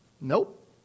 Nope